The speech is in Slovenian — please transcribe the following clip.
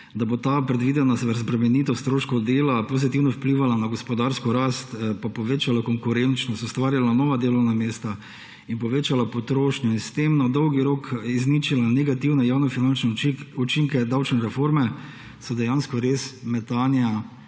da bo ta predvidena razbremenitev stroškov dela pozitivno vplivala na gospodarsko rast in povečala konkurenčnost, ustvarjala nova delovna mesta in povečala potrošnjo in s tem na dolgi rok izničila negativne javnofinančne učinke davčne reforme, so dejansko metanje